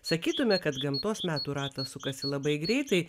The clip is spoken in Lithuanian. sakytume kad gamtos metų ratas sukasi labai greitai